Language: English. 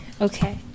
Okay